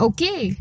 Okay